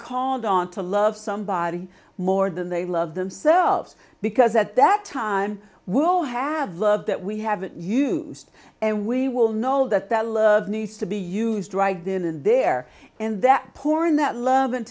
called on to love somebody more than they love themselves because at that time we'll have love that we haven't used and we will know that their love needs to be used right then and there and that poor and that lov